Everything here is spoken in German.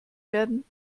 werden